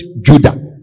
Judah